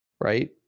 right